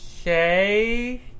okay